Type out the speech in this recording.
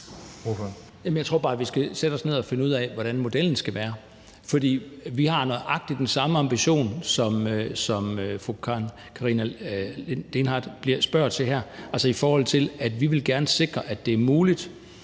Jeg tror bare, vi skal sætte os ned og finde ud af, hvordan modellen skal være, for vi har nøjagtig den samme ambition, som fru Karina Lorentzen Dehnhardt spørger til her, i forhold til at vi gerne vil sikre, at det er muligt